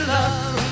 Love